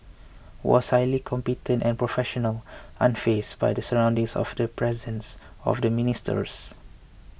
was highly competent and professional unfazed by the surroundings or the presence of the ministers